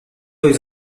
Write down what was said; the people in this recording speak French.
aux